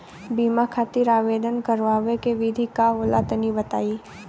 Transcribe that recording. बीमा खातिर आवेदन करावे के विधि का होला तनि बताईं?